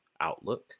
outlook